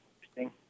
interesting